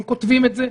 הם כותבים את זה,